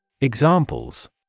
Examples